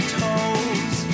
toes